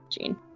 Gene